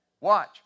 Watch